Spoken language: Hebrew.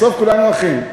בסוף כולנו אחים.